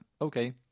okay